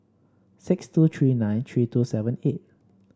six two three nine three two seven eight